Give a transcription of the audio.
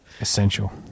essential